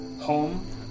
home